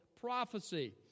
prophecy